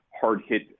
hard-hit